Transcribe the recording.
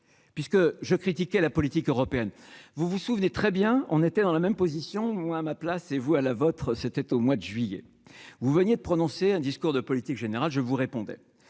puisque je critiquais la politique européenne, vous vous souvenez très bien, on était dans la même position, ou à ma place et vous à la vôtre, c'était au mois de juillet, vous veniez de prononcer un discours de politique générale je vous répondais